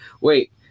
wait